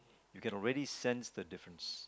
you can already sense thee difference